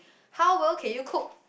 how well can you cook